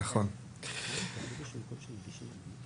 סעיף (ג),